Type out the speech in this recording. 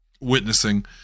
witnessing